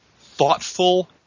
thoughtful